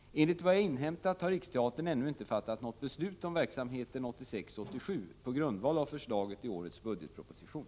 Enligt vad jag inhämtat har Riksteatern ännu inte fattat något beslut om verksamheten 1986/87 på grundval av förslaget i årets budgetproposition.